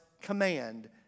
command